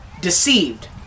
deceived